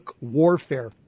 Warfare